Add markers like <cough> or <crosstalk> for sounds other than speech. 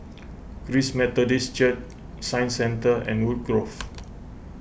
<noise> Christ Methodist Church Science Centre and Woodgrove